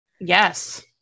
Yes